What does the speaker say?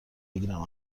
بگیرم